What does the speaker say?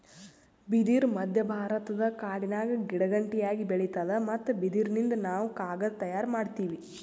ಬಿದಿರ್ ಮಧ್ಯಭಾರತದ ಕಾಡಿನ್ಯಾಗ ಗಿಡಗಂಟಿಯಾಗಿ ಬೆಳಿತಾದ್ ಮತ್ತ್ ಬಿದಿರಿನಿಂದ್ ನಾವ್ ಕಾಗದ್ ತಯಾರ್ ಮಾಡತೀವಿ